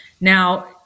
Now